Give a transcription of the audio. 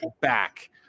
back